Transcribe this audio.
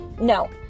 no